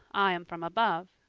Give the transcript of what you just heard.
i am from above.